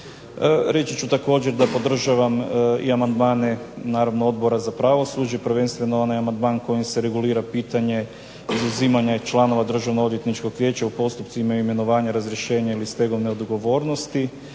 Reći ću također da podržavam i amandmane Odbora za pravosuđe prvenstveno onaj amandman kojim se regulira pitanje izuzimanja iz članova Državnog odvjetničkog vijeća u postupcima imenovanja, razrješenja ili stegovne odgovornosti